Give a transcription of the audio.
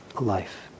life